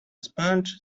sponge